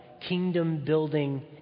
kingdom-building